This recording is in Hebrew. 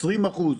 20%?